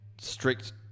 Strict